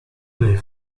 les